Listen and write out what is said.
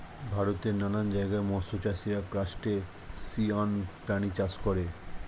ভারতের নানান জায়গায় মৎস্য চাষীরা ক্রাসটেসিয়ান প্রাণী চাষ করে